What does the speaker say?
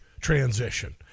transition